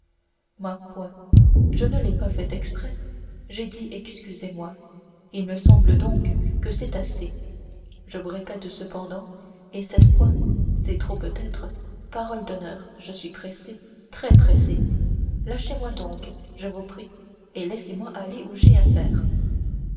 ma foi je ne l'ai pas fait exprès j'ai dit excusez-moi il me semble donc que c'est assez je vous répète cependant et cette fois c'est trop peut-être parole d'honneur je suis pressé très pressé lâchez-moi donc je vous prie et laissez-moi aller où j'ai affaire